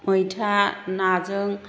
मैथा नाजों